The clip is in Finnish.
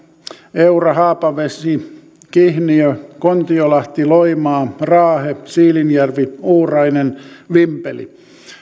eura haapavesi kihniö kontiolahti loimaa raahe siilinjärvi uurainen vimpeli